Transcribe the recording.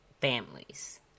families